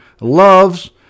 loves